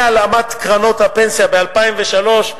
מהלאמת קרנות הפנסיה ב-2003,